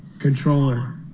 controller